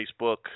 Facebook